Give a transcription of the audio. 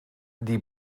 die